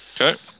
Okay